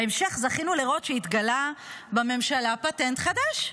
בהמשך ראינו שהתגלה בממשלה פטנט חדש: